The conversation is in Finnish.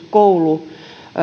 koulua